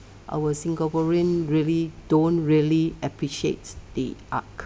our singaporean really don't really appreciate the art